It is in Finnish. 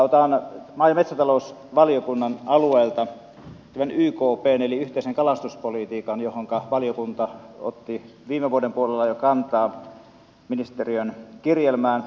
otan maa ja metsätalousvaliokunnan alueelta tämän ykpn eli yhteisen kalastuspolitiikan johonka ministeriön kirjelmään valiokunta otti viime vuoden puolella jo kantaa